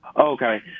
Okay